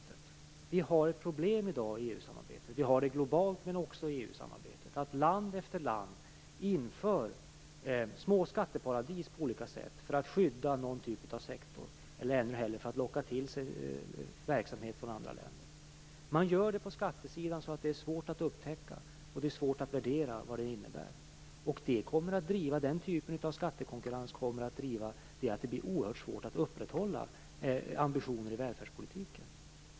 Vi har i dag ett problem i EU-samarbetet, och även globalt, nämligen att land efter land på olika sätt inför små skatteparadis för att skydda någon typ av sektor eller ännu hellre locka till sig verksamhet från andra länder. Man gör det på skattesidan, så att det blir svårt att upptäcka och svårt att värdera vad det innebär. Denna typ av skattekonkurrens kommer att leda till att det blir oerhört svårt att upprätthålla ambitionerna i välfärdspolitiken.